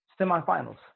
semifinals